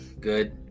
Good